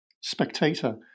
spectator